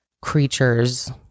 creatures